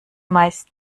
meist